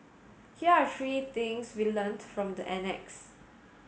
here are three things we learnt from the annex